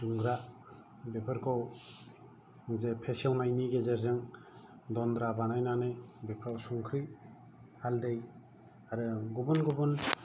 दुंग्रा बेफोरखौ जे फेसेवनायनि गेजेरजों दनद्रा बानायनानै बेफोराव संख्रि हालदै आरो गुबुन गुबुन